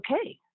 okay